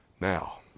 Now